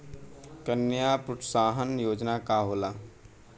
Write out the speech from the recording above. कन्या प्रोत्साहन योजना का होला?